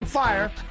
fire